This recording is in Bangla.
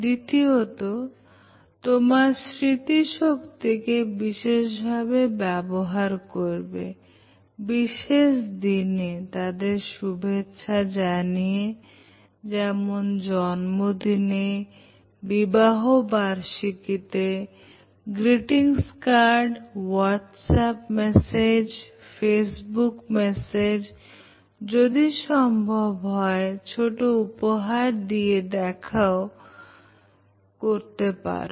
দ্বিতীয়তঃ তোমার স্মৃতিশক্তিকে বিশেষভাবে ব্যবহার করবে বিশেষ দিনে তাদের শুভেচ্ছা জানিয়ে যেমন জন্মদিনে বিবাহবার্ষিকীতে গ্রিটিংস কার্ড হোয়াটসঅ্যাপ মেসেজ ফেসবুকে মেসেজ যদি সম্ভব হয় ছোট্ট উপহার দিয়ে দেখাও করতে পারো